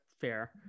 fair